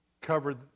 covered